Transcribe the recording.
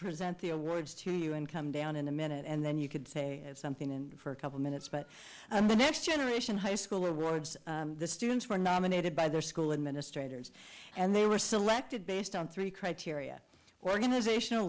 present the awards to you and come down in a minute and then you could say something in for a couple minutes but the next generation high school awards the students were nominated by their school administrators and they were selected based on three criteria organizational